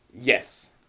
Yes